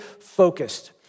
focused